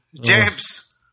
James